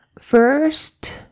First